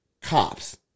cops